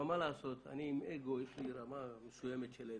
אבל מה לעשות, יש לי רמה מסוימת של אגו.